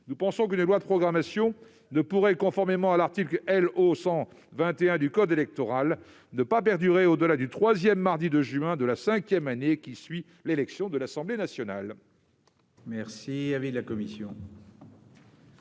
nous considérons que les lois de programmation pourraient, conformément à l'article L.O. 121 du code électoral, ne pas perdurer au-delà du troisième mardi de juin de la cinquième année qui suit l'élection de l'Assemblée nationale.